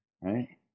right